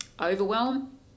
overwhelm